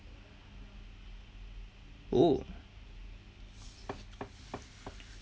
oh